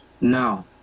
No